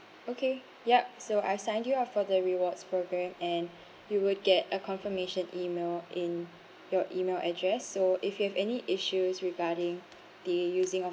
okay yup so I signed you up for the rewards programme and you will get a confirmation E-mail in your E-mail address so if you have any issues regarding the using of